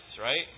right